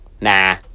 nah